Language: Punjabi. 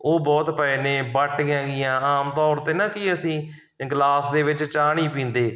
ਉਹ ਬਹੁਤ ਪਏ ਨੇ ਬਾਟੀਆਂ ਹੈਗੀਆਂ ਆਮ ਤੌਰ 'ਤੇ ਨਾ ਕਿ ਅਸੀਂ ਗਲਾਸ ਦੇ ਵਿੱਚ ਚਾਹ ਨਹੀਂ ਪੀਂਦੇ